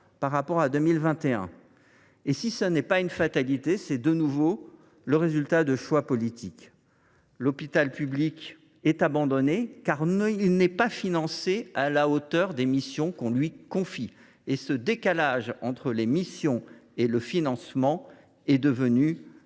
par rapport à 2021 ! Si ce n’est pas une fatalité, c’est, de nouveau, le résultat de choix politiques. L’hôpital est abandonné, car il n’est pas financé à la hauteur de ses missions ; ce décalage entre ses missions et le financement est devenu